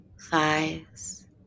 thighs